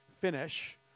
finish